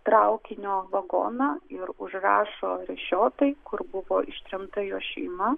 traukinio vagoną ir užrašo rešiotai kur buvo ištremta jos šeima